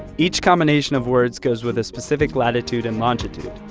each combination of words goes with a specific latitude and longitude.